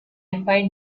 find